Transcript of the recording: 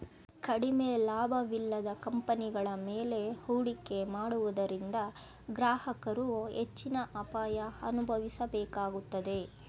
ಕಡಿಮೆ ಲಾಭವಿಲ್ಲದ ಕಂಪನಿಗಳ ಮೇಲೆ ಹೂಡಿಕೆ ಮಾಡುವುದರಿಂದ ಗ್ರಾಹಕರು ಹೆಚ್ಚಿನ ಅಪಾಯ ಅನುಭವಿಸಬೇಕಾಗುತ್ತದೆ